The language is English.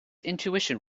intuition